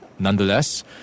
nonetheless